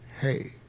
Hey